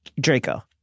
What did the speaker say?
Draco